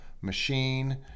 machine